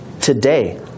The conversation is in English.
today